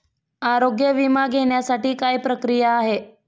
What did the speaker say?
आरोग्य विमा घेण्यासाठी काय प्रक्रिया आहे?